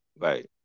Right